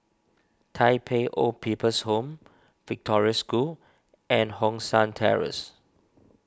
Tai Pei Old People's Home Victoria School and Hong San Terrace